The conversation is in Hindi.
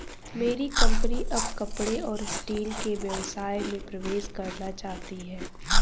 मेरी कंपनी अब कपड़े और स्टील के व्यवसाय में प्रवेश करना चाहती है